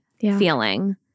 feeling